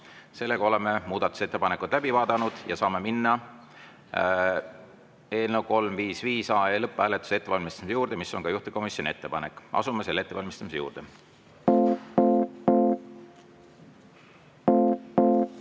2. Oleme muudatusettepanekud läbi vaadanud ja saame minna eelnõu 355 lõpphääletuse ettevalmistamise juurde, mis on ka juhtivkomisjoni ettepanek. Asume selle ettevalmistamise juurde.